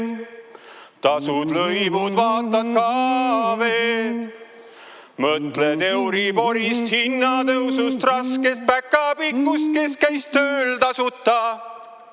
tasud lõivud, vaatad kW-d, mõtled euriborist, hinnatõusust, raskest päkapikust, kes käis tööl tasuta